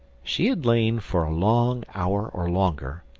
she had lain for a long hour or longer,